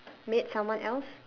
made someone else